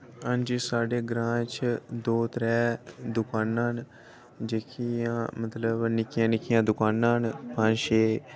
आंजी साढ़े ग्रांऽ च दो त्रै दुकानां न जेह्कियां मतलब निक्कियां निक्कियां दुकानां न पंज छे